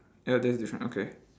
ya that's different okay